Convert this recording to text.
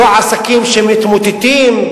לא עסקים שמתמוטטים,